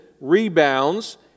rebounds